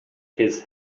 his